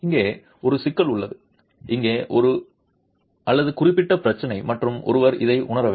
இங்கே ஒரு சிக்கல் உள்ளது இங்கே ஒரு அல்லது குறிப்பிடத்தக்க பிரச்சினை மற்றும் ஒருவர் இதை உணர வேண்டும்